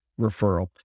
referral